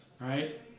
right